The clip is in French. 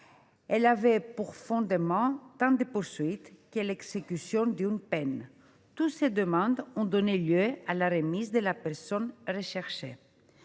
Elles avaient pour fondement tant des poursuites que l’exécution d’une peine. Toutes ces demandes ont donné lieu à la remise de la personne recherchée.